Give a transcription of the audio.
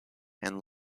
and